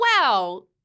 Wow